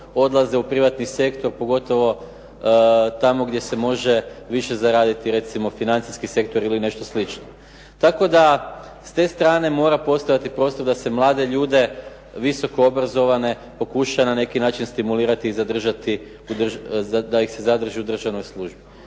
odlaze u privatni sektor pogotovo tamo gdje se može više zaraditi recimo financijski sektor ili nešto slično, tako da s te strane mora postojati prostor da se mlade ljude visoko obrazovane pokuša na neki način stimulirati i zadržati, da ih se zadrži u državnoj službi.